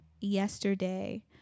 yesterday